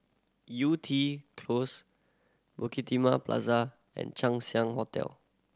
Yew Tee Close Bukit Timah Plaza and Chang Ziang Hotel